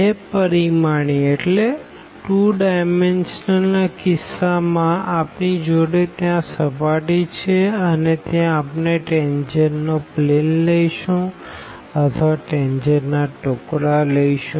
બે પરિમાણીય ના કિસ્સા માં આપણી જોડે ત્યાં સર્ફેસ છે અને ત્યાં આપણે ટેનજેન્ટ નો પ્લેન લઈશું અથવા ટેનજેન્ટ ના ટુકડા લઈશું